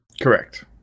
Correct